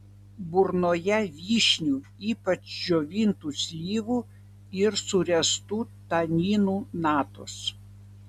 burnoje vyšnių ypač džiovintų slyvų ir suręstų taninų natos